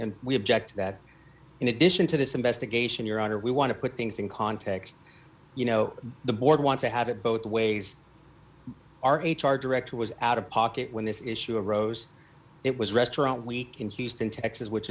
and we object that in addition to this investigation your honor we want to put things in context you know the board want to have it both ways our h r director was out of pocket when this issue arose it was restaurant week in houston texas which